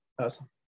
awesome